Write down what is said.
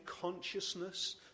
consciousness